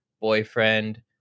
boyfriend